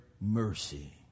mercy